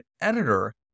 editor